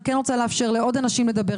אני כן רוצה לאפשר לעוד אנשים לדבר.